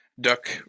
Duck